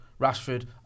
Rashford